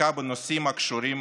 בחקיקה בנושאים הקשורים